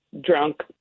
drunk